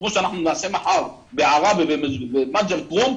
כמו שאנחנו נעשה מחר בעראבה ובמג'ד אל כרום,